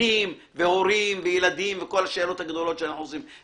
בתים והורים וילדים וכל השאלות הגדולות שאנחנו עוסקים.